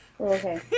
Okay